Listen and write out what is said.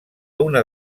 una